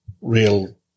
real